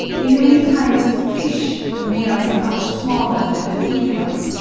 in many kinds of fish the males are much smaller than the females,